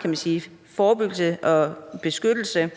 kan man sige, forebyggelse og beskyttelse